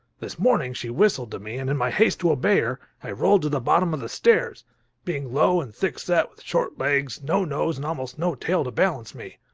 this morning she whistled to me and in my haste to obey her, i rolled to the bottom of the stairs being low and thick-set, with short legs, no nose, and almost no tail to balance me.